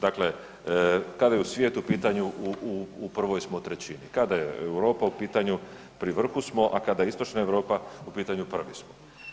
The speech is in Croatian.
Dakle, kada je svijet u pitanju u prvoj smo treći, kada je Europa u pitanju pri vrhu smo, a kada je Istočna Europa u pitanju prvi smo.